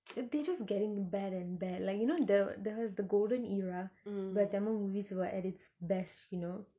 they just getting bad and bad like you know the there was the golden era where tamil movies were at it's best you know